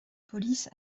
police